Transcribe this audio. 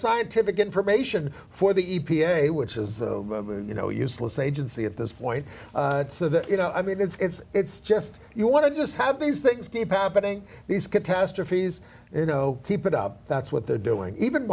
scientific information for the e p a which is you know useless agency at this point you know i mean it's just you want to just have these things keep happening these catastrophes you know keep it up that's what they're doing even